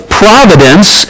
providence